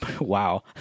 Wow